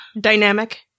Dynamic